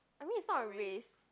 I mean is not a race